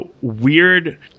weird